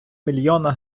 мільйона